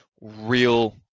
real